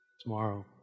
Tomorrow